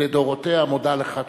לדורותיה מודה לך.